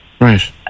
right